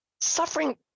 suffering